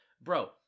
bro